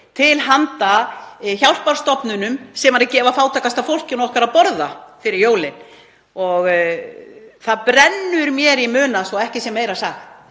til handa hjálparstofnunum sem gefa fátækasta fólkinu okkar að borða fyrir jólin. Það brennur mér í muna, svo að ekki sé meira sagt,